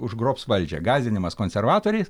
užgrobs valdžią gąsdinimas konservatoriais